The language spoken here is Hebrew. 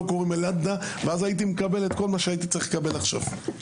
קוראים אלעדה ואז הייתי מקבל את כל מה שהייתי צריך לקבל עכשיו.